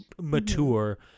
mature